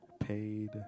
Paid